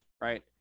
right